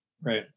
Right